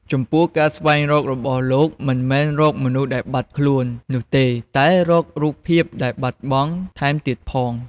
ចំពោះការស្វែងរករបស់លោកមិនមែនរក "មនុស្សដែលបាត់ខ្លួន" នោះទេតែរក "រូបភាពដែលបាត់បង់"ថែមទៀតផង។